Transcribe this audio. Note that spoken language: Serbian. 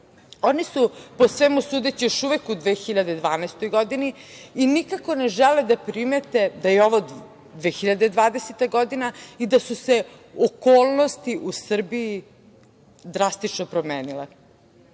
su, po svemu sudeći, još uvek u 2012. godini i nikako ne žele da primete da je ovo 2020. godina i da su se okolnosti u Srbiji drastično promenile. Do